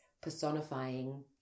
personifying